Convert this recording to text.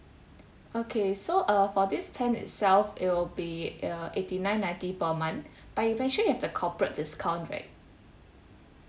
okay so uh for this plan itself it will be uh eighty nine ninety per month but eventually you have the corporate discount rate